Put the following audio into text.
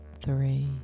three